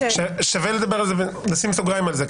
שווה לדבר על זה ולשים סוגריים על זה.